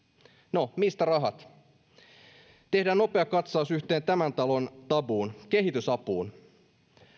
no mistä rahat tehdään nopea katsaus yhteen tämän talon tabuun kehitysapuun